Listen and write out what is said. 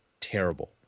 terrible